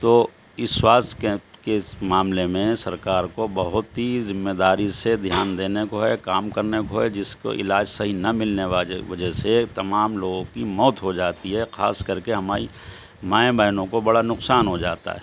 تو اس سواستھ کے معاملے میں سرکار کو بہت ہی ذمہ داری سے دھیان دینے کو ہے کام کرنے کو ہے جس کو علاج صحیح نہ ملنے واجے وجہ سے تمام لوگوں کی موت ہو جاتی ہے خاص کر کے ہماری مائیں بہنوں کو بڑا نقصان ہو جاتا ہے